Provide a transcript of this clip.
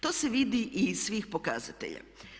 To se vidi i iz svih pokazatelja.